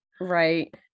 right